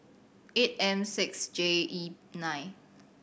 eight M six J E nine